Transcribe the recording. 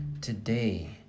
Today